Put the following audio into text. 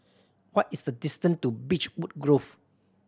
what is the distance to Beechwood Grove